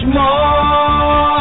more